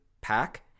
pack